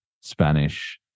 spanish